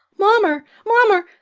mommer. mommer.